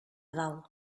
dalt